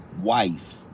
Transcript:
wife